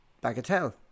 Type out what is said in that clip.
Bagatelle